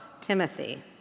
Timothy